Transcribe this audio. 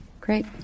Great